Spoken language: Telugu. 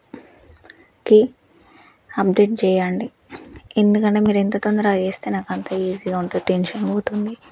కి అప్డేట్ జెయ్యండి ఎందుకంటే మీరు ఎంత తొందరగా చేస్తే నాకంత ఈజీగా ఉంటుంటూ టెన్షన్ బోతుంది